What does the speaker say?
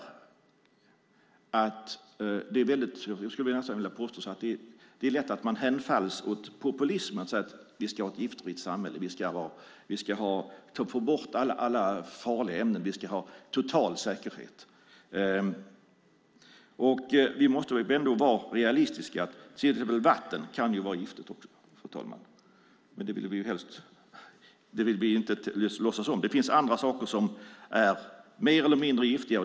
Jag skulle nästan vilja påstå att det är lätt att hemfalla åt populism och säga att vi ska ha ett giftfritt samhälle, få bort alla farliga ämnen och ha total säkerhet. Vi måste ändå vara realistiska. Vatten kan också vara giftigt, fru talman, men det vill vi inte låtsas om. Det är också andra saker som är mer eller mindre giftiga.